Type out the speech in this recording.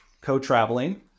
co-traveling